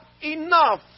enough